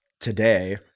Today